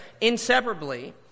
inseparably